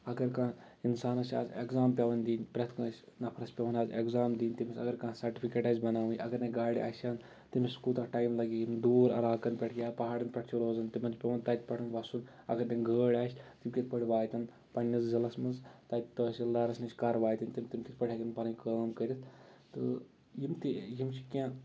اگر کانٛہہ اِنسانَس چھِ آز اٮ۪کزام پٮ۪وَان دِنۍ پرٛٮ۪تھ کٲنٛسہِ نَفرَس پٮ۪وَان آز اٮ۪کزام دِنۍ تٔمِس اگر کانٛہہ سَٹفِکیٹ آسہِ بَناوٕنۍ اگرنٕے گاڑِ آسہٕ ہَن تٔمِس کوٗتاہ ٹایم لَگہِ یِم دوٗرعلاقَن پٮ۪ٹھ یا پہاڑَن پٮ۪ٹھ چھِ روزَان تِمَن چھِ پٮ۪وَان تَتہِ پٮ۪ٹھ وَسُن اگر نہٕ گٲڑۍ آسہِ تِم کِتھ پٲٹھۍ واتن پنٛنِس ضِلَعس منٛز تَتہِ تحصیٖل دارَس نِش کَر واتن تِم تِم کِتھ پٲٹھۍ ہٮ۪کَن پَنٕنۍ کٲم کٔرِتھ تہٕ یِم تہِ یِم چھِ کینٛہہ